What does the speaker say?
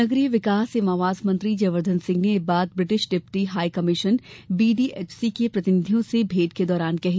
नगरीय विकास एवं आवास मंत्री जयवर्द्वन सिंह ने यह बात British deputy high commission BDHC के प्रतिनिधियों से भेंट के दौरान कही